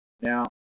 Now